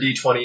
D20